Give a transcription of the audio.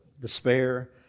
despair